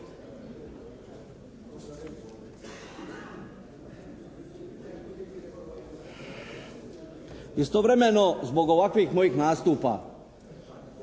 Istovremeno zbog ovakvih mojih nastupa